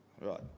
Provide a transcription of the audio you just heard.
Right